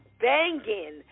banging